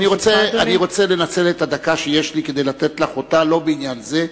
אני רוצה לנצל את הדקה שיש לי כדי לתת לך אותה לא בעניין זה,